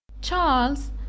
Charles